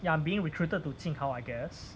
ya being recruited to jing hao I guess